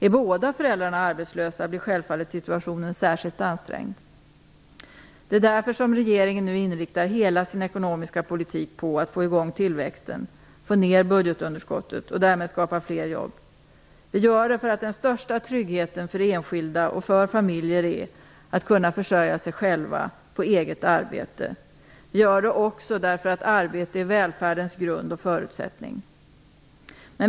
Om båda föräldrarna är arbetslösa blir situationen självfallet särskild ansträngd. Därför inriktar regeringen nu hela sin ekonomiska politik på att få i gång tillväxten, få ner budgetunderskottet och därmed skapa fler jobb. Vi gör detta eftersom den största tryggheten för enskilda och för familjer är att man kan försörja sig själv på eget arbete. Vi gör det också därför att arbete är välfärdens grund och förutsättning.